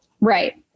Right